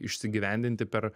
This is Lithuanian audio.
išsigyvendinti per